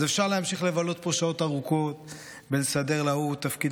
אז אפשר להמשיך לבלות פה שעות ארוכות ולסדר לההוא תפקיד